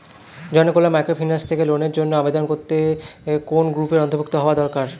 Janakalyan microfinance থেকে লোনের জন্য আবেদন করতে কোন গ্রুপের অন্তর্ভুক্ত হওয়া দরকার?